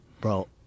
Bro